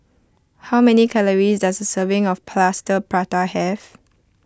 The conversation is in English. how many calories does a serving of Plaster Prata have